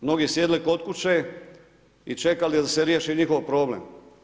Mnogi su sjedili kod kuće i čekali da se riješi njihov problem.